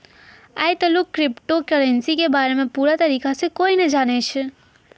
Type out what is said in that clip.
आय तलुक crypto currency के बारे मे पूरा तरीका से कोय नै जानै छै